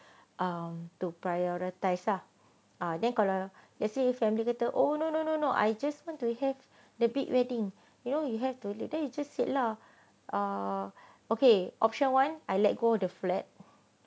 um to prioritise lah then kalau let's say family kata oh no no no no I just want to have the big wedding you know you have to then you just sit lah ah okay option one I let go the flat